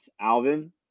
Alvin